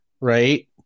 right